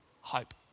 hope